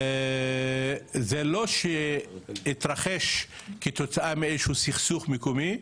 זה לא שזה התרחש כתוצאה מאיזה שהוא סכסוך מקומי,